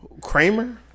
Kramer